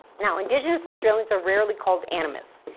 now indigenous australians are rarely called animus.